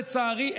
לצערי,